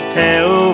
tell